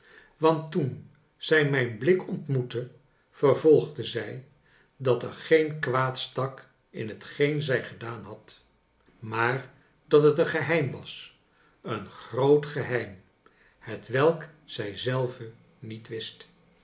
want toen zij mijn blik ontmoette vervolgde zij dat er geen kwaad stak in hetgeen zij gedaan had maar dat het een geheim was een groot geheim hetwelk zij zelve niet wist